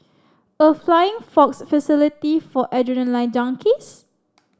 a flying fox facility for adrenaline junkies